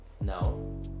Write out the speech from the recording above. No